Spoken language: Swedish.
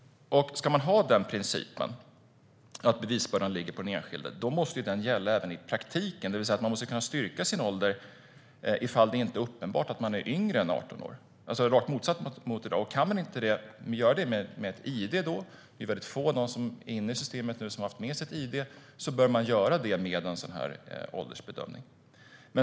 Principen att bevisbördan ligger på den enskilde måste gälla även i praktiken. Man måste kunna styrka sin ålder om det inte är uppenbart att man är yngre än 18 år. Det är rakt motsatt mot i dag. Om man inte kan styrka åldern med ett id-kort - det är få som är inne i systemet som har haft med sig ett id - bör det ske med hjälp av en åldersbedömning.